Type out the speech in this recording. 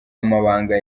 amabanga